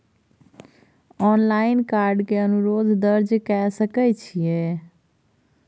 Online card के अनुरोध दर्ज के सकै छियै?